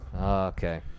Okay